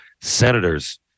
Senators